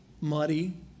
muddy